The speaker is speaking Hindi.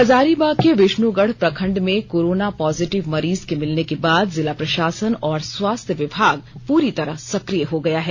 हजारीबाग के विष्णुगढ प्रखंड में कोरोना पॉजिटीव मरीज के मिलने के बाद जिला प्रषासन और स्वास्थ्य विभाग प्ररी तरह सकिय हो गया है